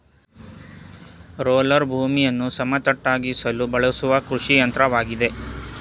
roller ಭೂಮಿಯನ್ನು ಸಮತಟ್ಟಾಗಿಸಲು ಬಳಸುವ ಕೃಷಿಯಂತ್ರವಾಗಿದೆ